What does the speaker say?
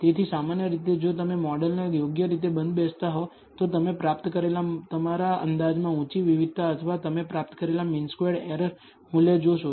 તેથી સામાન્ય રીતે જો તમે મોડેલને યોગ્ય રીતે બંધ બેસતા હોવ તો તમે પ્રાપ્ત કરેલા તમારા અંદાજમાં ઉંચી વિવિધતા અથવા તમે પ્રાપ્ત કરેલા મીન સ્ક્વેર્ડ એરર મૂલ્યો જોશો